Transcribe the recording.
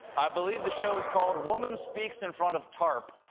i believe the show is called, woman speaks in front of tarp.